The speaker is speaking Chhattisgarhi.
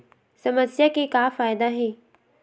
समस्या के का फ़ायदा हे?